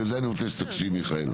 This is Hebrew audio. ואני רוצה שתקשיב מיכאל.